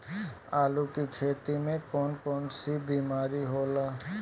आलू की खेती में कौन कौन सी बीमारी होला?